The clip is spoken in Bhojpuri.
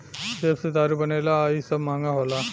सेब से दारू बनेला आ इ सब महंगा होला